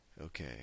Okay